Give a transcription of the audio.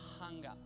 hunger